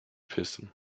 piston